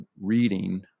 reading